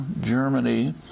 Germany